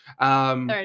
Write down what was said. Third